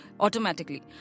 Automatically